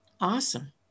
Awesome